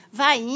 vai